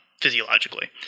physiologically